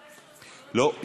לא.